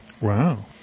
Wow